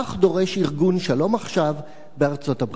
כך דורש ארגון "שלום עכשיו" בארצות-הברית.